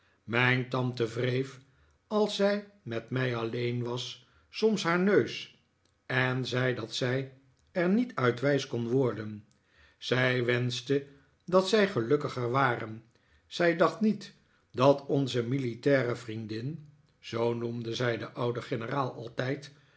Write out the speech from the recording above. mijn tante wreef als zij met mij alleen was soms haar neus en zei dat zij er niet uit wijs kon worden zij wenschte dat zij gelukkiger waren zij dacht niet dat onze militaire vriendin zoo